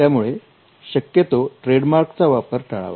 त्यामुळे शक्यतो ट्रेडमार्क चा वापर टाळावा